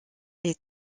est